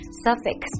suffix